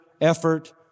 effort